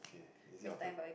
okay is it your turn